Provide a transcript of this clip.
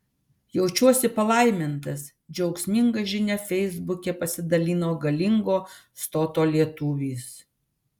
jaučiuosi palaimintas džiaugsminga žinia feisbuke pasidalino galingo stoto lietuvis